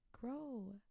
grow